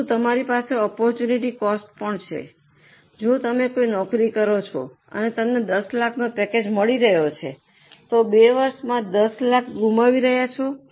પરંતુ તમારી પાસે આપર્ટૂનટી કોસ્ટ પણ છે જો તમે કોઈ નોકરી કરો છો અને તમને 10 લાખ નો પેકેજ મળી રહ્યું છે તો 2 વર્ષમા 10 લાખ ગુમાવી રહ્યા છો